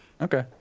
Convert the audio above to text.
Okay